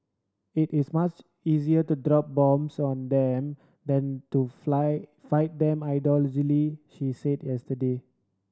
it is much easier to drop bombs on them than to fly fight them ideologically she said yesterday